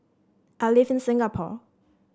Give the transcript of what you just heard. I live in Singapore